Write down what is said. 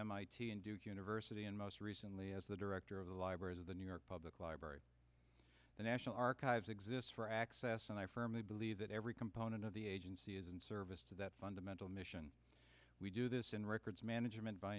mit and duke university and most recently as the director of the library of the new york public library the national archives exist for access and i firmly believe that every component of the agency is in service to that fundamental mission we do this in records management by